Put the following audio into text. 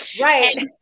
Right